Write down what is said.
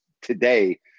today